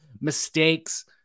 mistakes